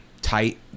tight